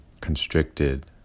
constricted